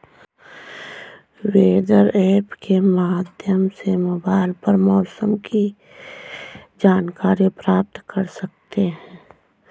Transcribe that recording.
weather app के माध्यम से मोबाइल पर मौसम की जानकारी प्राप्त कर सकते हैं